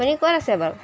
আপুনি ক'ত আছে বাৰু